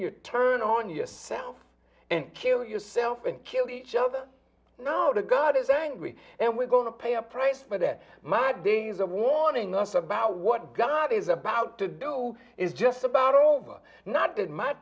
you turn on yourself and kill yourself and kill each other now the god is angry and we're going to pay a price for that my days are warning us about what god is about to do is just about over not that m